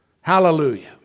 Hallelujah